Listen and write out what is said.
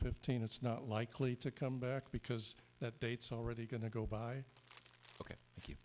fifteen it's not likely to come back because that dates already going to go by thank you